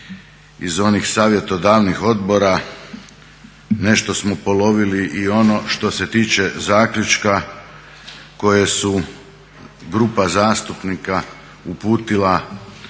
iz onih savjetodavnih odbora, nešto smo polovili i ono što se tiče zaključka koje su grupa zastupnika uputila